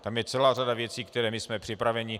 Tam je celá řada věcí, na které jsme připraveni.